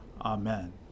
Amen